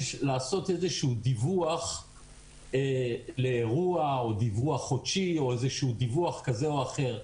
לעשות דיווח לאירוע או דיווח חודשי או דיווח כזה או אחר.